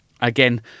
again